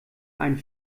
ein